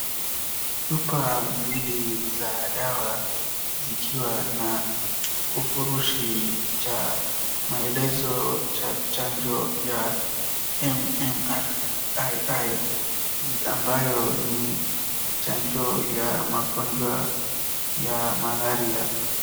Chupa mbili za dawa zikiwa na kifurushi cha maelezo cha chanjo ya MMR II ambayo ni chanjo ya magonjwa ya malaria.